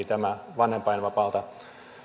tämä vanhempainvapaalta